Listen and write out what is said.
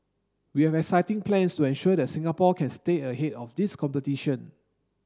we have exciting plans to ensure that Singapore can stay ahead of this competition